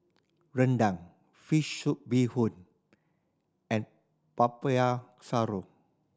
rendang fish soup bee hoon and Popiah Sayur